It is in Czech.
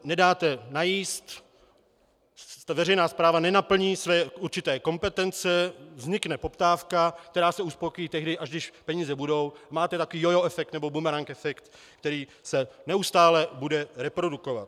Nedáte najíst, jste veřejná správa, nenaplní své určité kompetence, vznikne poptávka, která se uspokojí tehdy, až když peníze budou, máte takový jojo efekt, nebo bumerang efekt, který se neustále bude reprodukovat.